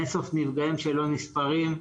אין סוף נפגעים שלא נספרים,